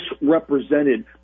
misrepresented